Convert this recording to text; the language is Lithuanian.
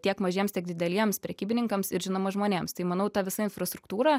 tiek mažiems tiek dideliems prekybininkams ir žinoma žmonėms tai manau ta visa infrastruktūra